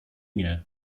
nie